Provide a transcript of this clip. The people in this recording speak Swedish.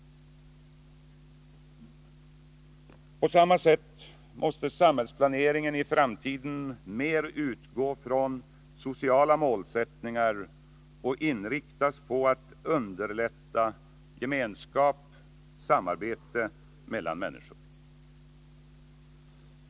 På samma sätt måste samhällsplaneringen i framtiden mer utgå från sociala målsättningar och inriktas på att underlätta gemenskap och samarbete mellan människor.